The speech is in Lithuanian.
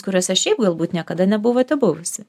kuriuose šiaip galbūt niekada nebuvote buvusi